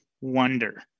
wonder